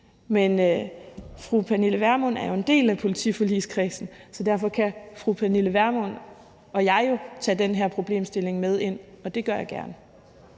Men fru Pernille Vermund er jo en del af politiforligskredsen, så derfor kan fru Pernille Vermund og jeg jo tage den her problemstilling med ind, og det gør jeg gerne.